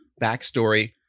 backstory